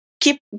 keep